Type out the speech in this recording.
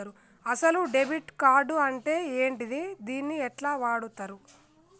అసలు debit card అంటే ఏంటిది? దీన్ని ఎట్ల వాడుతరు?